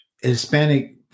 Hispanic